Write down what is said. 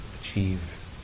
achieve